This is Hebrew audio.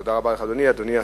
תודה רבה לך, אדוני.